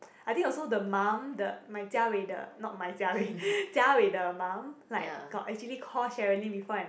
I think also the mum the my jia wei the not my jia wei jia wei the mum like got actually call Sherilyn before and like